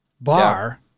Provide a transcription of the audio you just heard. bar